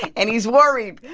and he's worried.